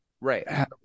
right